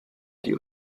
die